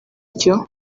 icyo